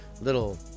little